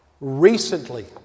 recently